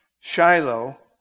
Shiloh